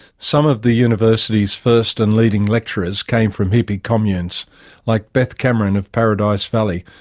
some of the university's first and leading lecturers came from hippie communes like beth cameron of paradise valley,